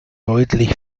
deutlich